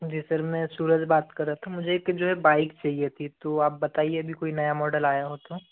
जी sir मैं सूरज बात कर रहा था मुझे एक जो है बाइक चाहिए थी तो आप बताइए अभी कोई नया मॉडल आया हो तो